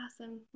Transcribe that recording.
Awesome